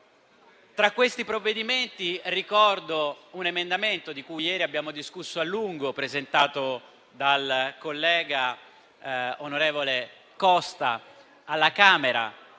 Tra questi ricordo un emendamento di cui ieri abbiamo discusso a lungo, presentato dal collega Costa alla Camera,